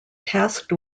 tasked